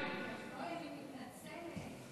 אני מתנצלת.